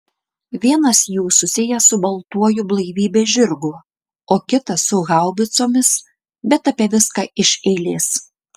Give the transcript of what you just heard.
vienas jų susijęs su baltuoju blaivybės žirgu o kitas su haubicomis bet apie viską iš eilės